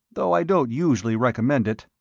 though i don't usually recommend it.